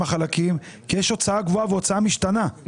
חלקים כי יש הוצאה קבועה והוצאה משתנה,